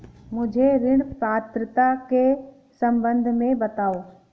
मुझे ऋण पात्रता के सम्बन्ध में बताओ?